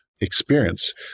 experience